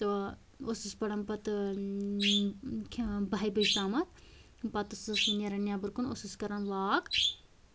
تہٕ ٲسٕس پران پَتہٕ بَہہ بَجہِ تامَتھ پَتہٕ ٲسٕس نیران نیبَر کُن ٲسٕس کران لوک